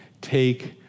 take